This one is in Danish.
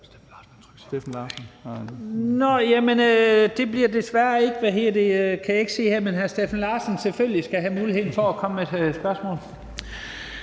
Steffen Larsen